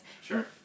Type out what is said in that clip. sure